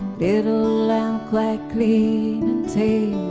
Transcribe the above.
little lamb quite clean and tame